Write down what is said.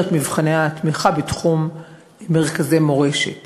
את מבחני התמיכה בתחום מרכזי המורשת